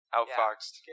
Outfoxed